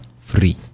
free